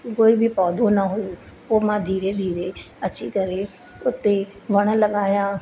कोई बि पौधो न हुयो पोइ मां धीरे धीरे अची करे उते वण लॻाया